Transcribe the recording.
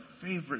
favorite